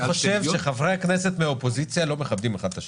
אני חושב שחברי הכנסת מהאופוזיציה לא מכבדים אחד את השני.